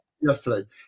yesterday